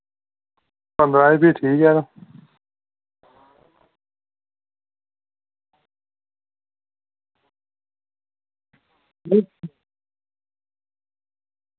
पंंदरां एह् फ्ही ठीक ऐ तां